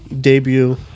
debut